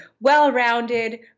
well-rounded